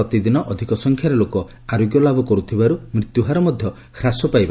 ପ୍ରତିଦିନ ଅଧିକ ସଂଖ୍ୟାରେ ଲୋକ ଆରୋଗ୍ୟ ଲାଭ କରୁଥିବାରୁ ମୃତ୍ୟୁହାର ମଧ୍ୟ ହ୍ରାସ ପାଇବାରେ ଲାଗିଛି